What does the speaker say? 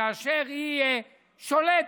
כאשר היא שולטת,